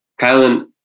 Kylan